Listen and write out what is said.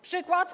Przykład?